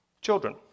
Children